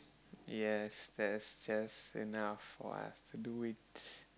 yes there's just enough for us to do it